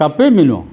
കപ്പയും മീനുവോ